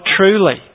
truly